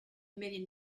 million